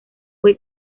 fue